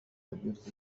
كبيرة